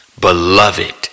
beloved